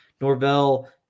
Norvell